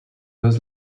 was